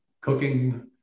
cooking